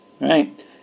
right